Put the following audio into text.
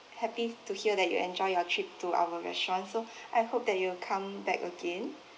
happy to hear that you enjoy your trip to our restaurant so I hope that you will come back again